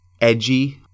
edgy